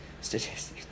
Statistics